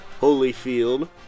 Holyfield